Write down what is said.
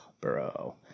bro